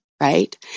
right